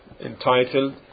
Entitled